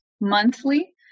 monthly